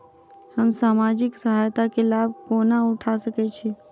हम सामाजिक सहायता केँ लाभ कोना उठा सकै छी?